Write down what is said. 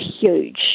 huge